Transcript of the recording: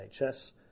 NHS